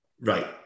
right